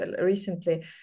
recently